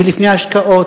זה לפני השקעות,